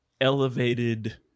elevated